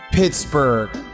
Pittsburgh